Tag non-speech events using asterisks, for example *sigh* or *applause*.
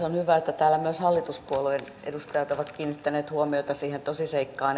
*unintelligible* on hyvä että täällä myös hallituspuolueiden edustajat ovat kiinnittäneet huomiota siihen tosiseikkaan